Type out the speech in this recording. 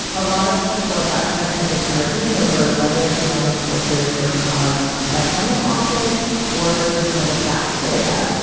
a lot of people at that time had been arguing over whether stomach ulcers were caused by stomach acid or some kind of bacteria.